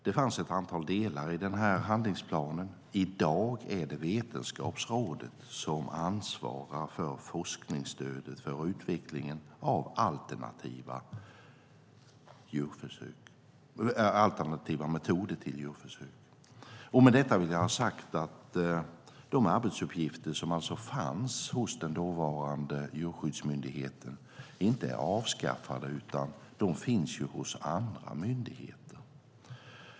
Det fanns ett antal delar i handlingsplanen. I dag är det Vetenskapsrådet som ansvarar för forskningsstödet för utveckling av alternativa metoder till djurförsök. Det jag vill ha sagt är att de arbetsuppgifter som fanns hos den dåvarande djurskyddsmyndigheten inte är avskaffade utan finns hos andra myndigheter.